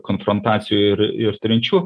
konfrontacijų ir ir trinčių